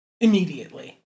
Immediately